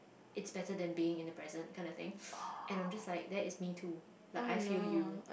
it's better than being in the present kind of thing and I'm just like that is me too like I feel you